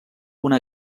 una